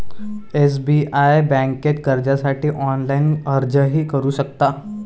SBI बँकेत कर्जासाठी online अर्जही करू शकता